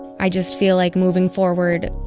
i just feel like moving forward,